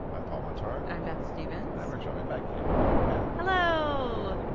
i'm paul wontorek. i'm beth stevens. and we're joined by caitlin moynihan. hello.